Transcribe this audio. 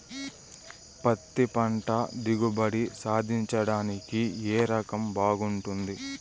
పత్తి పంట దిగుబడి సాధించడానికి ఏ రకం బాగుంటుంది?